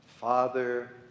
father